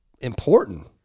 important